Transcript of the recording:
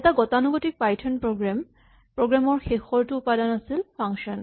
এটা গতানুগতিক Python program ৰ শেষৰটো উপাদান আছিল ফাংচন